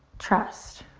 trust.